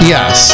Yes